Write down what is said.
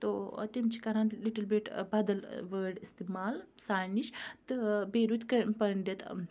تو تِم چھِ کَران لِٹِل بِٹ بدل وٲڈ استعمال سانہِ نِش تہٕ بیٚیہِ روٗدۍ کہٕ پٔنڈِت